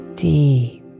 deep